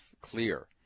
Clear